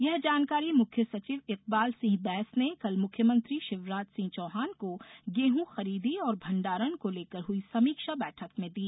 यह जानकारी मुख्य सचिव इकबाल सिंह बैंस ने कल मुख्यमंत्री शिवराज सिंह चौहान को गेहूं खरीदी और भंडारण को लेकर हई समीक्षा बैठक में दी